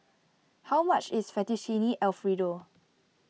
how much is Fettuccine Alfredo